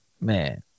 man